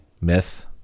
myth